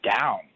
down